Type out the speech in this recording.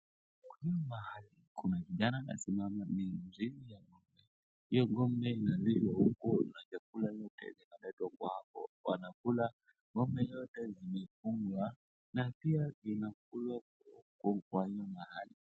Kwa hii mahali kuna kijana anasimama mbele yang'ombe, hiyo ng'ombe inalishwa huku na chakula yote inaletwa kwa hapo wanakula, ng'ombe yote zimefungwa na pia zinakula kutoka kwa hii mahali.